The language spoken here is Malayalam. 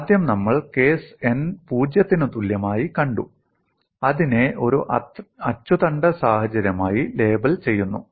ആദ്യം നമ്മൾ കേസ് n 0 ത്തിനു തുല്യമായി കണ്ടു അതിനെ ഒരു അച്ചുതണ്ട് സാഹചര്യമായി ലേബൽ ചെയ്യുന്നു